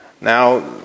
Now